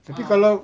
tapi kalau